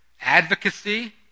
advocacy